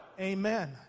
Amen